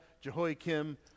Jehoiakim